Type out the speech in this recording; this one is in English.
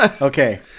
Okay